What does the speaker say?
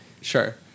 Sure